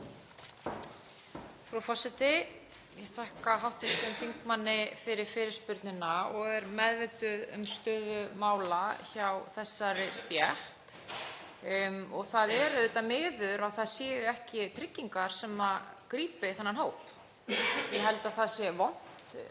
Frú forseti. Ég þakka hv. þingmanni fyrir fyrirspurnina og er meðvituð um stöðu mála hjá þessari stétt. Það er auðvitað miður að það séu ekki tryggingar sem grípa þennan hóp. Ég held að það sé vont